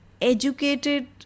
educated